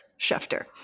Schefter